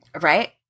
Right